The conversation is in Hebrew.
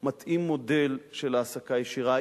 מתאים מודל של העסקה ישירה.